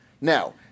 Now